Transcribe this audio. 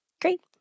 Great